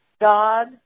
God